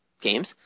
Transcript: games